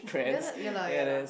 ya lah ya lah ya lah